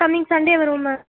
coming Sunday வருவோம் ma'am